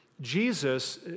Jesus